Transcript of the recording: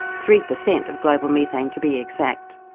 three percent of global methane to be exact.